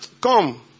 come